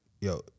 yo